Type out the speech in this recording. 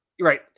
right